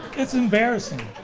it's embarrassing.